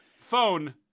phone